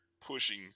pushing